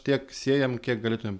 tiek sėjam kiek galėtumėm